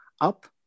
up